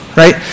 right